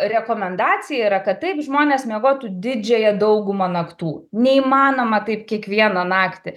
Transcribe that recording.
rekomendacija yra kad taip žmonės miegotų didžiąją daugumą naktų neįmanoma taip kiekvieną naktį